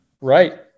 Right